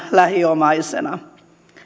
lähiomaisena